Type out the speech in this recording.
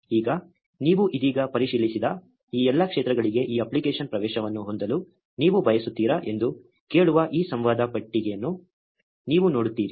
ಈಗ ನೀವು ಇದೀಗ ಪರಿಶೀಲಿಸಿದ ಈ ಎಲ್ಲಾ ಕ್ಷೇತ್ರಗಳಿಗೆ ಈ ಅಪ್ಲಿಕೇಶನ್ ಪ್ರವೇಶವನ್ನು ಹೊಂದಲು ನೀವು ಬಯಸುತ್ತೀರಾ ಎಂದು ಕೇಳುವ ಈ ಸಂವಾದ ಪೆಟ್ಟಿಗೆಯನ್ನು ನೀವು ನೋಡುತ್ತೀರಿ